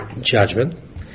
judgment